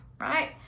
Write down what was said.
right